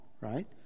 right